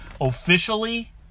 officially